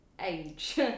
age